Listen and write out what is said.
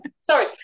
sorry